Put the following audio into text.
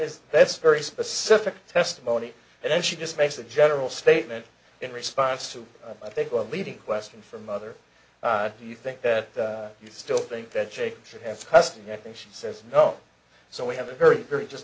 is that's very specific testimony and then she just makes a general statement in response to i think what leading question from other do you think that you still think that she should have custody i think she says no so we have a very very just